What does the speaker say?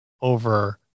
over